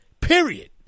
Period